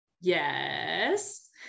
Yes